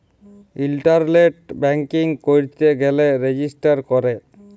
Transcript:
ইলটারলেট banking ক্যইরতে গ্যালে register ক্যরে